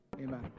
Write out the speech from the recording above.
Amen